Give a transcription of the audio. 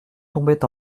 tombait